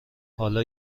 حالا